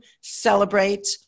celebrate